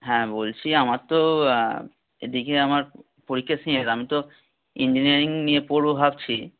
হ্যাঁ বলছি আমার তো এদিকে আমার পরীক্ষা শেষ আমি তো ইঞ্জিনিয়ারিং নিয়ে পড়বো ভাবছি